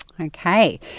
Okay